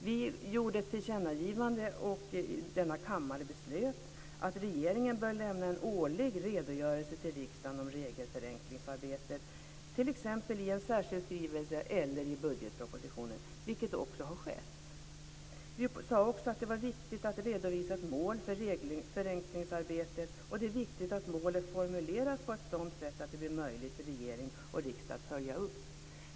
Vi gjorde ett tillkännagivande, och denna kammare beslutade att regeringen bör lämna en årlig redogörelse till riksdagen om regelförenklingsarbetet t.ex. i en särskild skrivelse eller i budgetpropositionen, och det har också skett. Vi sade också att det är viktigt att redovisa mål för regelförenklingsarbetet och att målen formuleras på ett sådant sätt att det blir möjligt för regering och riksdag att följa upp dem.